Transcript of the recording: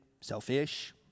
selfish